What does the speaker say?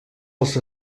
els